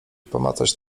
pomacać